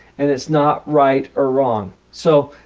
and it's not right or wrong. so,